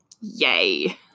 yay